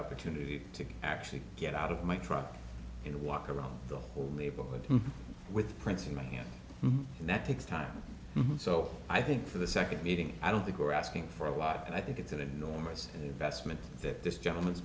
opportunity to actually get out of my truck and walk around the whole neighborhood with prince in my hand and that takes time so i think for the second meeting i don't think we're asking for a lot and i think it's an enormous investment that this gentleman